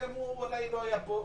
גם הוא אולי לא היה פה,